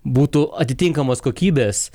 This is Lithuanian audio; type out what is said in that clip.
būtų atitinkamos kokybės